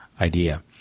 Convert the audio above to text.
idea